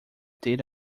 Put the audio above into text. data